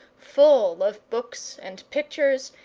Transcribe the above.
full of books and pictures,